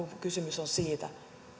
kysymys on siitä